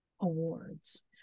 awards